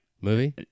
Movie